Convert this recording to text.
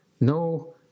no